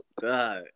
god